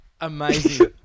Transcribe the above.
amazing